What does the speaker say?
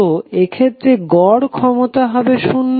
তো এক্ষেত্রে গড় ক্ষমতা হবে শূন্য